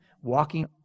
walking